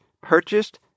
purchased